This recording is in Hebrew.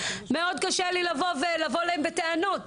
מאוד קשי לי לבוא ולבוא אליהם בטענות.